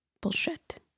bullshit